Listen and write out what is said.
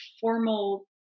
formal